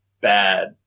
bad